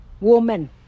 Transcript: woman